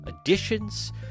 additions